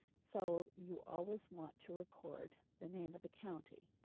so you always want to record the name of the county.